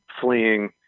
fleeing